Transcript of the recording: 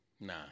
Nah